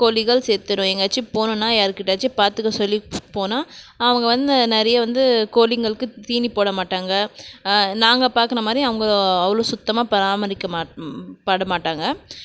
கோழிகள் செத்துடும் எங்கேயாச்சியும் போனோம்னால் யாருகிட்டயாச்சியும் பார்த்துக்க சொல்லி போனால் அவங்க வந்து நிறைய வந்து கோழிங்களுக்கு தீனி போடமாட்டாங்க நாங்கள் பார்க்கற மாதிரி அவங்க அவ்வளோ சுத்தமாக பராமரிக்க மாட் பட மாட்டாங்க